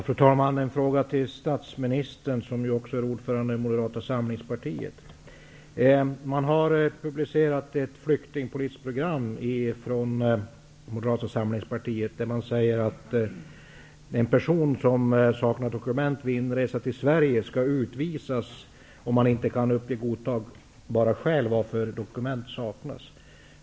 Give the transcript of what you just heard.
Fru talman! Jag har en fråga till statsministern, som ju också är ordförande i Moderata samlingspartiet. Moderata samlingspartiet har publicerat ett flyktingpolitiskt program enligt vilket en person som saknar dokument vid inresa till Sverige skall utvisas om han inte kan uppge godtagbara skäl till varför dokument saknas.